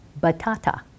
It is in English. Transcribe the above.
batata